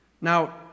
Now